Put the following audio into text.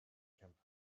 camp